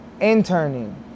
interning